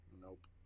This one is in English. nope